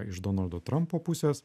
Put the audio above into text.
iš donaldo trampo pusės